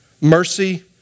mercy